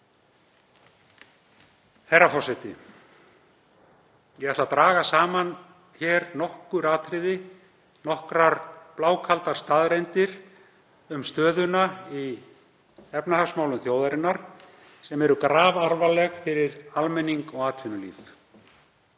Herra forseti. Ég ætla að draga saman nokkur atriði, nokkrar blákaldar staðreyndir um stöðuna í efnahagsmálum þjóðarinnar sem er grafalvarleg fyrir almenning og atvinnulíf.